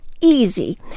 easy